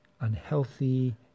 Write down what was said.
unhealthy